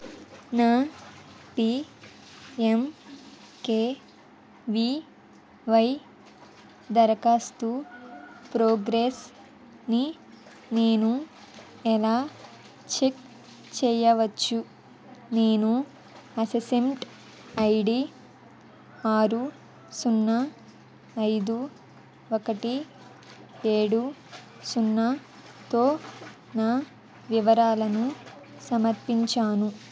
నా పిఎంకెవివై దరఖాస్తు ప్రోగ్రెస్ని నేను ఎలా చెక్ చెయ్యవచ్చు నేను అస్సెస్మెంట్ ఐడి ఆరు సున్నా ఐదు ఒకటి ఏడు సున్నాతో నా వివరాలను సమర్పించాను